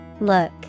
Look